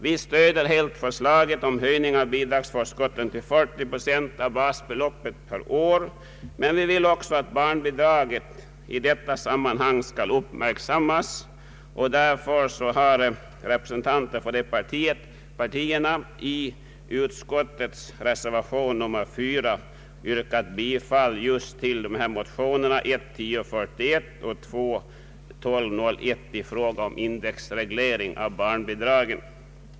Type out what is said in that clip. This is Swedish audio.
Vi stöder helt förslaget om höjning av bidragsförskotten till 40 procent av basbeloppet per år, men vi vill också att barnbidragen skall uppmärksammas i detta sammanhang. Representanter för mittenpartierna har därför i reservation 4 yrkat bifall till motionerna I: 1041 och II: 1201 såvitt avser indexreglering av barnbidragen.